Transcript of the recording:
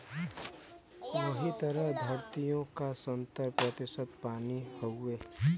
वही तरह द्धरतिओ का सत्तर प्रतिशत पानी हउए